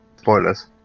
Spoilers